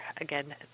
again